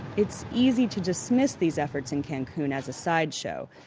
it's easy to dismiss these efforts in cancun as a sideshow.